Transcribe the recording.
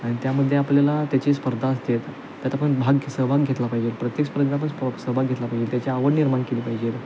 आणि त्यामध्ये आपल्याला त्याची स्पर्धा असते त्यात आपण भाग सहभाग घेतला पाहिजे प्रत्येक स्पर्धा पण स्प सहभाग घेतला पाहिजे त्याची आवड निर्माण केली पाहिजे